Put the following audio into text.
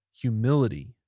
humility